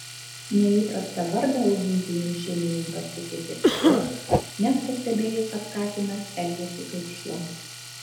neįprastą vardą augintiniui šeimininkas suteikė todėl nes pastebėjo kad katinas elgiasi kaip šuo